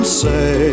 say